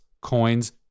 coins